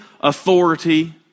authority